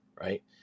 right